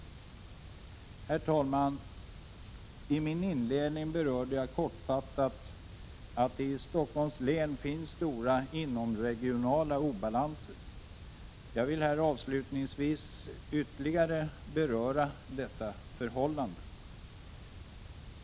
Herr talman! I min inledning berörde jag kortfattat att det i Stockholms län finns stora inomregionala obalanser. Jag vill här avslutningsvis ytterligare beröra detta förhållande.